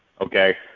Okay